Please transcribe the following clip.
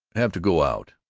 have to go out.